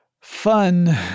fun